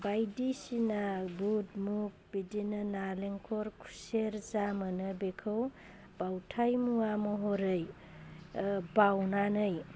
बायदिसिना बुध मुग बिदिनो नालेंखर खुसेर जा मोनो बेखौ बावथाय मुवा महरै बावनानै